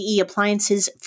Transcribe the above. Appliances